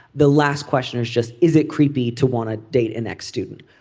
the last question is just is it creepy to want to date an ex student.